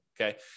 okay